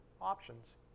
Options